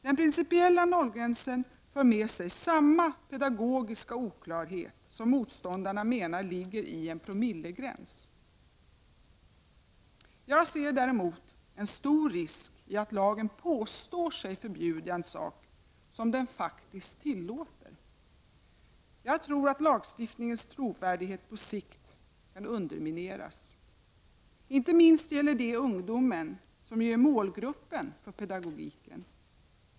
Den principiella nollgränsen för med sig samma pedagogiska oklarhet som motståndarna anser ligga i en promillegräns. Jag ser däremot en stor risk i att lagen påstår sig förbjuda en sak som den faktiskt tillåter. Jag tror att lagstiftningens trovärdighet på sikt kan undermineras. Inte minst gäller det ungdomen, som ju är målgruppen för pedagogiken.